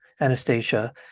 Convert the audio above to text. Anastasia